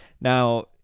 Now